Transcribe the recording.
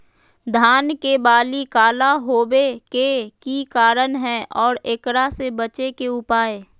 धान के बाली काला होवे के की कारण है और एकरा से बचे के उपाय?